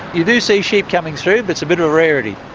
you do see sheep coming through but it's a bit of a rarity.